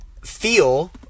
feel